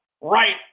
right